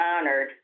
honored